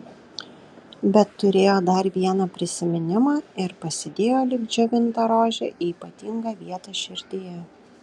bet turėjo dar vieną prisiminimą ir pasidėjo lyg džiovintą rožę į ypatingą vietą širdyje